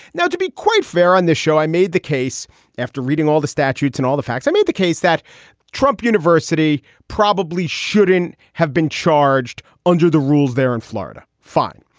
now, to be quite fair on this show, i made the case after reading all the statutes and all the facts, i made the case that trump university probably shouldn't have been charged under the rules there in florida. fine.